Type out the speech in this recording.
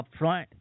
upfront